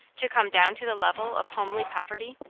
to come down to the level of homely poverty?